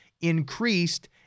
increased